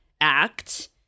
act